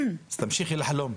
אז תמשיכי לחלום.